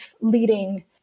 leading